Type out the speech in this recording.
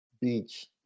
beach